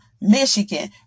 Michigan